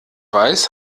weiß